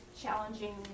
challenging